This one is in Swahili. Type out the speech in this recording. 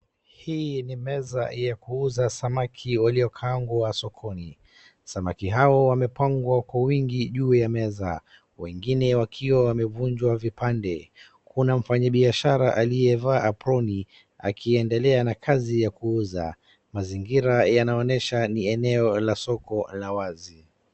Hii ni meza ya kuuza samaki waliokaangwa sokoni. Samaki hao wamepangwa kwa wingi juu ya meza. Wengine wakiwa wamevunjwa vipande. Kunamfanyi biashara aliyevaa aproni akiendela na kazi ya kuuza. Mazingira yanaonesha ni eneo la soko la wazi.